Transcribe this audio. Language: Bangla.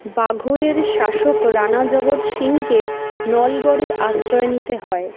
বাঘলের শাসক রানা জগৎ সিংকে নলগড়ে আশ্রয় নিতে হয়